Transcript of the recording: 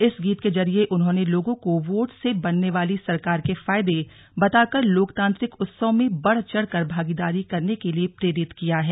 इस गीत के जरिए उन्होंने लोगों को योट से बनने वाली सरकार के फायदे बताकर लोकतांत्रिक उत्सव में बढ़ चढ़कर भागीदारी करने के लिए प्रेरित किया है